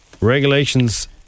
regulations